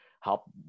help